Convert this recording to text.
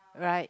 right